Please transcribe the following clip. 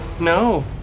No